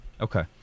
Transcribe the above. Okay